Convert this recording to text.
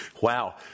wow